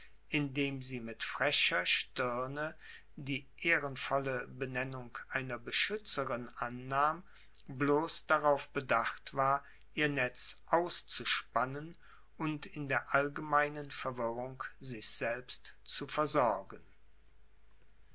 indem sie mit frecher stirne die ehrenvolle benennung einer beschützerin annahm bloß darauf bedacht war ihr netz auszuspannen und in der allgemeinen verwirrung sich selbst zu versorgen